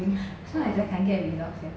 so is it I can get a fair